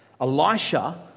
Elisha